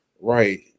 right